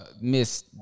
miss